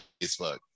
Facebook